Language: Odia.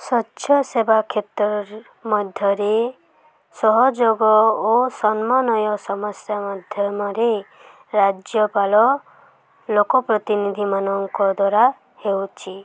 ସ୍ୱଚ୍ଛ ସେବା କ୍ଷେତ୍ରରେ ମଧ୍ୟରେ ସହଯୋଗ ଓ ସମ୍ମାନନୀୟ ସମସ୍ୟା ମାଧ୍ୟମରେ ରାଜ୍ୟପାଳ ଲୋକ ପ୍ରତିନିଧିମାନଙ୍କ ଦ୍ୱାରା ହେଉଛି